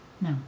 No